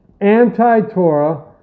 Anti-Torah